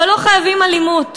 אבל לא חייבים אלימות